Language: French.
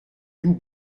dous